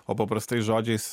o paprastais žodžiais